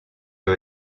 who